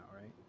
right